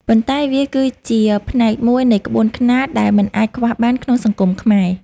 ប៉ុន្តែវាគឺជាផ្នែកមួយនៃក្បួនខ្នាតដែលមិនអាចខ្វះបានក្នុងសង្គមខ្មែរ។